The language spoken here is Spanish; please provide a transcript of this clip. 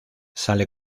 sale